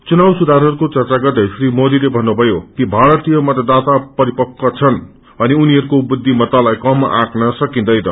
चुनाव सुधारहरूको चच्च गद्दै श्री मोदीले भन्नुभयो कि भारतीय मतदाता परिपम्व छन् अनि उनीहरूको बुद्धिमतालाई कम ठान्न सकिँदैन